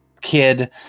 kid